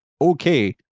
Okay